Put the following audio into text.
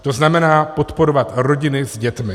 To znamená podporovat rodiny s dětmi.